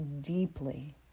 deeply